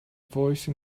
voice